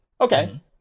okay